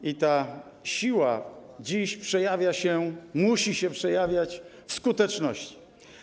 I ta siła dziś przejawia się - musi się przejawiać - w skuteczności.